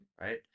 right